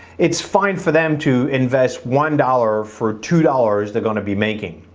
it's fine for them to invest. one dollar for two dollars they're gonna be making